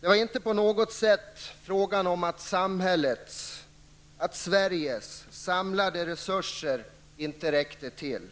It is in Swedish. Det var inte på något sätt fråga om att samhällets, Sveriges samlade resurser inte räckte till.